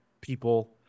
people